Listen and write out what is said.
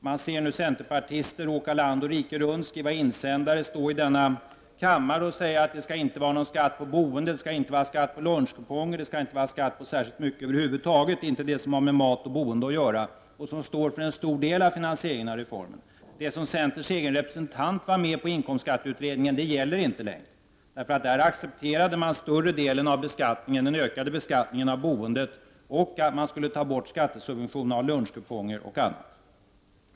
Man ser nu centerpartister åka land och rike runt, skriva insändare och stå i denna kammare och säga att det inte skall vara någon skatt på boendet, att det inte skall vara någon skatt på lunchkuponger och att det inte skall vara skatt på särskilt mycket över huvud taget, åtminstone inte på det som har med mat och boende att göra och som står för en stor del av finansieringen av reformen. Det som centerns egen representant i inkomstskatteutredningen var med på gäller inte längre. I inkomstskatteutredningen accepterade centern större delen av beskattningen — den ökade beskattningen av boendet och borttagandet av skattesubventionerna på lunchkuponger och annat.